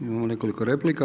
Imamo nekoliko replika.